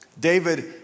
David